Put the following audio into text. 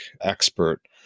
expert